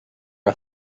are